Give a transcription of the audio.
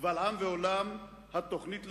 קבל עם ועולם התוכנית לשלום.